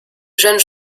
jeunes